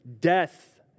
death